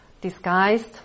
disguised